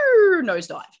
nosedive